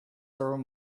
through